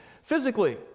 Physically